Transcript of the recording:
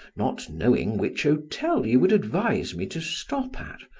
not knowing which hotel you would advise me to stop at,